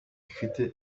ifite